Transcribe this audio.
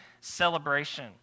celebration